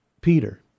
Peter